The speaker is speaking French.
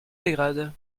dégrade